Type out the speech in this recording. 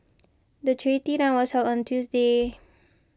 the charity run was held on Tuesday